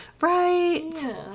Right